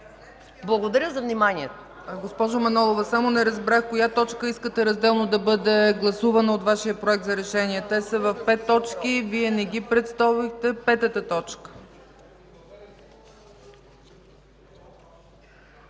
Благодаря за вниманието.